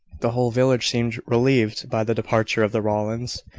the whole village seemed relieved by the departure of the rowlands.